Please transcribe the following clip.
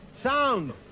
Sound